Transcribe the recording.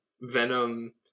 venom